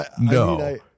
No